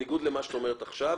בניגוד למה שאת אומרת עכשיו,